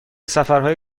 سفرهای